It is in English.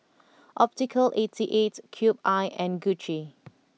Optical Eighty Eight Cube I and Gucci